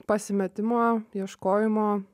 pasimetimo ieškojimo